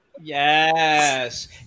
Yes